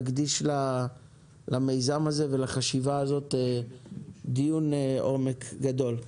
נקדיש למיזם הזה ולחשיבה הזאת דיון עומק גדול.